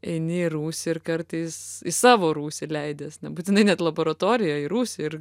eini į rūsį ir kartais į savo rūsį leidies nebūtinai net laboratorijoj į rūsį ir